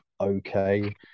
okay